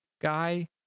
guy